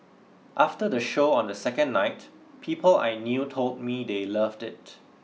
after the show on the second night people I knew told me they loved it